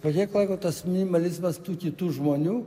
po kiek laiko tas minimalizmas tų kitų žmonių